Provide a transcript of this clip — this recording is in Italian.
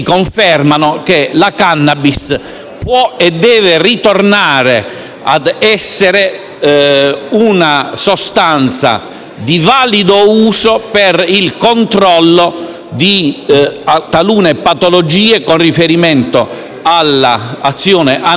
può e deve ritornare ad essere una sostanza di valido uso per il controllo di talune patologie con riferimento alla azione analgesica e non solo.